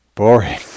Boring